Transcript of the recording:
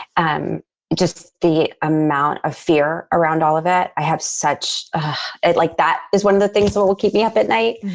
and it just the amount of fear around all of it. i have such, it's like that is one of the things that will keep me up at night.